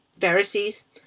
Pharisees